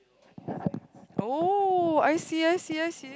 oh I see I see I see